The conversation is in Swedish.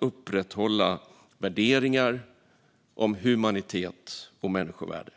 upprätthåller värderingar om humanitet och människovärde.